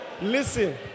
Listen